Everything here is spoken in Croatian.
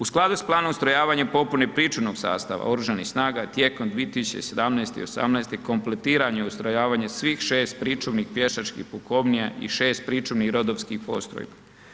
U skladu s planom ustrojavanja popune pričuvnog sastava oružanih snaga tijekom 2017. i 2018. kompletiran je ustrojavanje svih 6 pričuvnih pješačkih pukovnija i 6 pričuvnih rodovskih postrojbi.